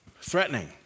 threatening